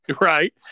Right